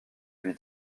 lui